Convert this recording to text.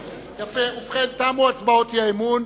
תמו הצבעות האי-אמון.